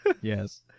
Yes